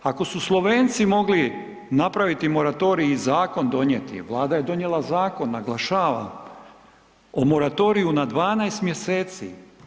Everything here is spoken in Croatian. Ako su Slovenci mogli napraviti moratorij i zakon donijeti, Vlada je donijela zakon, naglašavam, o moratoriju na 12 mjeseci.